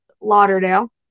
lauderdale